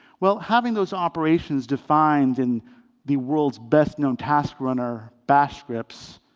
well, having those operations defined in the world's best known task runner, bash scripts,